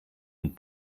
und